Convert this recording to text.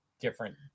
different